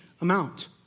amount